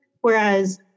Whereas